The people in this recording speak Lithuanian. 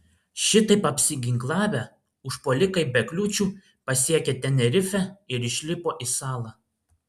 šitaip apsiginklavę užpuolikai be kliūčių pasiekė tenerifę ir išlipo į salą